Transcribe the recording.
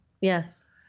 Yes